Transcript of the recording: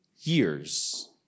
years